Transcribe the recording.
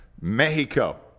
Mexico